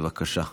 בבקשה.